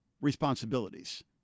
responsibilities